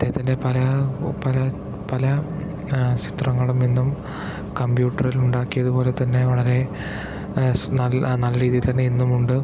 അദ്ദേഹത്തിൻ്റെ പല പല പല ചിത്രങ്ങളും ഇന്നും കമ്പ്യൂട്ടറിൽ ഉണ്ടാക്കിയതു പോലെത്തന്നെ വളരെ സ് നല്ല രീതിത്തന്നെ ഇന്നുമുണ്ട്